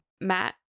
Matt